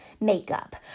makeup